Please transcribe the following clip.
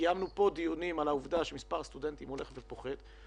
וקיימנו דיונים על העובדה שמספר הסטודנטים הולך ופוחת,